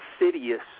insidious